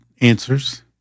answers